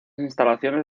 instalaciones